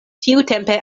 tiutempe